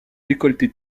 décolleté